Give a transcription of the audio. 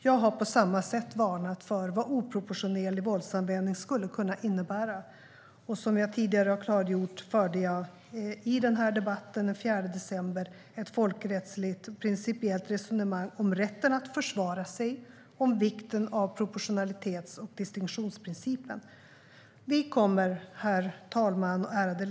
Jag har på samma sätt varnat för vad oproportionerlig våldsanvändning skulle kunna innebära. Som jag har klargjort tidigare förde jag i debatten den 4 december ett folkrättsligt principiellt resonemang om rätten att försvara sig och om vikten av proportionalitets och distinktionsprincipen. Herr talman! Ärade ledamöter!